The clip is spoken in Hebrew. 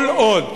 כל עוד